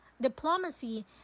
diplomacy